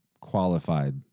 qualified